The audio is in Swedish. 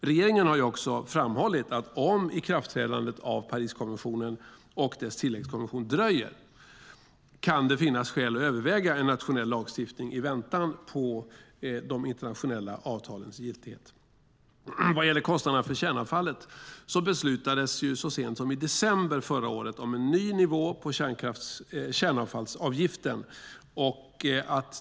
Regeringen har också framhållit att om ikraftträdandet av Pariskonventionen och dess tilläggskonvention dröjer kan det finnas skäl att överväga en nationell lagstiftning i väntan på de internationella avtalens giltighet. Vad gäller kostnaderna för kärnavfallet beslutades det så sent som i december förra året om en ny nivå på kärnavfallsavgiften.